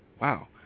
Wow